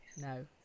No